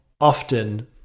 often